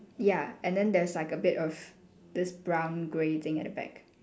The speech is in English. ya and then there's like a bit of this brown grey thing at the back